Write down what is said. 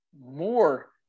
more